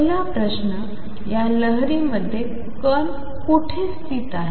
पहिला प्रश्न या लहरी मध्ये कण कुठे स्थित आहे